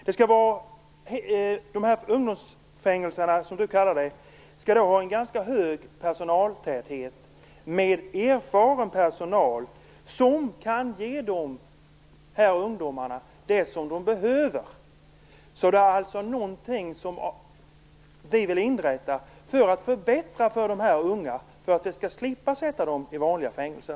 De här "ungdomsfängelserna", som Kia Andreasson kallar dem, skall ha en ganska hög personaltäthet. Det skall vara erfaren personal som kan ge ungdomarna det de behöver. Det här är alltså någonting som vi vill inrätta för att förbättra för de unga, så att vi skall slippa sätta dem i vanliga fängelser.